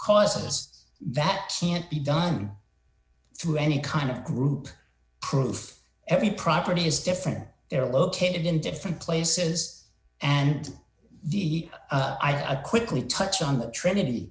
causes that can't be done through any kind of group proof every property is different they're located in different places and i quickly touch on the trinity